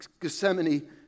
Gethsemane